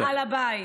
על הבית.